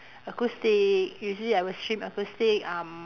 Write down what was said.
acoustic usually I will stream acoustic um